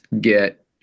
get